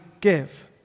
give